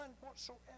whatsoever